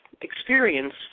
experience